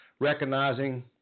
recognizing